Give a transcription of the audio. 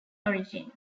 origin